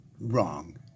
wrong